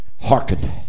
Hearken